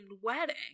wedding